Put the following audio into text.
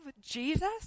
Jesus